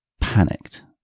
panicked